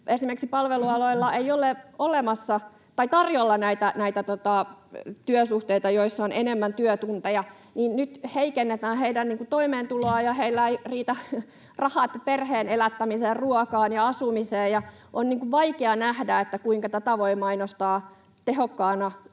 esimerkiksi palvelualoilla ei ole olemassa tai tarjolla näitä työsuhteita, joissa on enemmän työtunteja, niin nyt heikennetään heidän toimeentuloaan ja heillä eivät riitä rahat perheen elättämiseen, ruokaan ja asumiseen. On niin kuin vaikea nähdä, kuinka tätä voi mainostaa tehokkaana